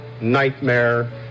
nightmare